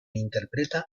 interpreta